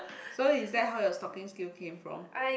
so is that how your stalking skill came from